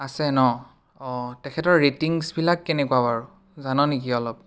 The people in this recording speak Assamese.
আছে ন অঁ তেখেতৰ ৰেটিংছবিলাক কেনেকুৱা বাৰু জান নেকি অলপ